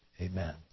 amen